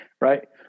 right